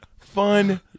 fun